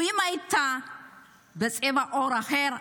אם היא הייתה בצבע עור אחר,